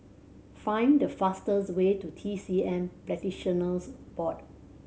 find the fastest way to T C M Practitioners Board